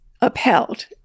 upheld